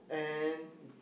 and